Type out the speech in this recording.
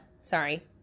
sorry